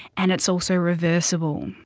and it's also reversible.